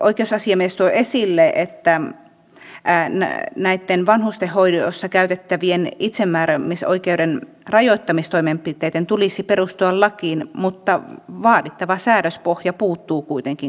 oikeusasiamies tuo esille että näitten vanhustenhoidossa käytettävien itsemääräämisoikeuden rajoittamistoimenpiteitten tulisi perustua lakiin mutta vaadittava säädöspohja puuttuu kuitenkin kokonaan